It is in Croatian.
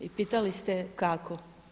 I pitali ste kako?